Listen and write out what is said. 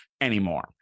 anymore